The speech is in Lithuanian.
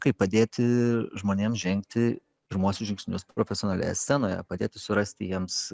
kaip padėti žmonėm žengti pirmuosius žingsnius profesionalioje scenoje padėti surasti jiems